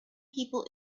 people